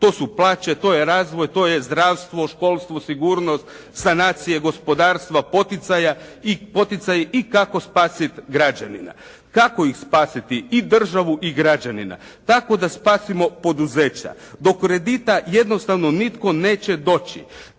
to su plaće, to je razvoj, to je zdravstvo, školstvo, sigurnost, sanacije gospodarstva, i poticaji i kako spasiti građanina. Kako ih spasiti i državu i građanina? Tako da spasimo poduzeća. Do kredita jednostavno nitko neće doći.